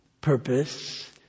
purpose